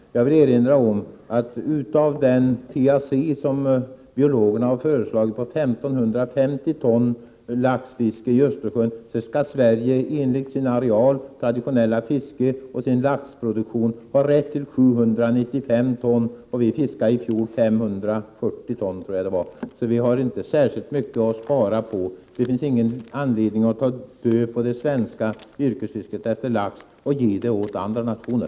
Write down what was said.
Jag vill erinra om att av den TAC på 1 550 ton lax i Östersjön som biologerna har föreslagit när det gäller fiske skall Sverige enligt sin areal, sitt traditionella fiske och sin laxproduktion ha rätt till 795 ton. Vi fiskade i fjol ca 540 ton, så vi har inte särskilt mycket att spara på. Det finns inte någon anledning att ta död på det svenska yrkesfisket när det gäller lax och ge det till andra nationer.